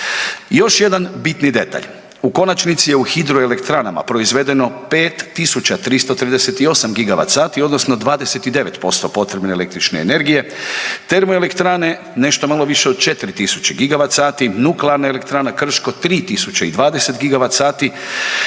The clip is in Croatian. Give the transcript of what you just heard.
Još jedan bitni detalj. U konačnici je u hidroelektranama proizvedeno 5338 gigavat sati odnosno 29% potrebne električne energije, termoelektrane nešto malo više od 4000 gigavat sati, nuklearna elektrana Krško 3020 gigavat sati,